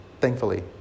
thankfully